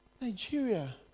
Nigeria